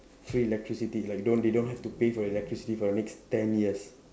free electricity like don't they don't have to pay for electricity for the next ten years